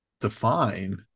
define